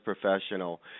professional